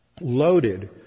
loaded